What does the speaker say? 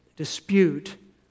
dispute